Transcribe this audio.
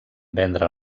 vendre